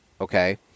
okay